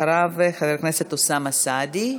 אחריו, חבר הכנסת אוסאמה סעדי.